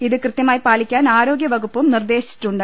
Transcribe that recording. ഇത് കൃത്യമായി പാലിക്കാൻ ആരോഗൃവകുപ്പും നിർദ്ദേശിച്ചിട്ടുണ്ട്